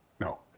No